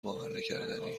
باورنکردنی